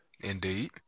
indeed